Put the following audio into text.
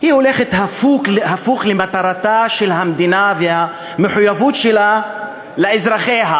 הולכת הפוך למטרתה של המדינה ולמחויבות שלה לאזרחיה.